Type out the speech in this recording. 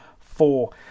four